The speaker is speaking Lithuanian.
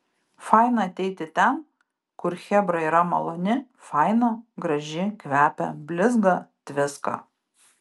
faina ateiti ten kur chebra yra maloni faina graži kvepia blizga tviska